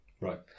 Right